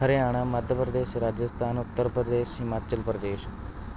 Haryana Madhya Pradesh Rajasthan Uttar Pradesh Himachal Pradesh